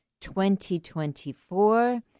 2024